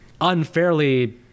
unfairly